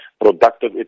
productive